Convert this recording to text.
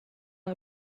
buy